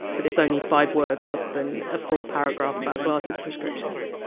but it's only five words, rather than a full paragraph about glasses prescriptions.